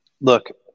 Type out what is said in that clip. Look